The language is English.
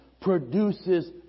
produces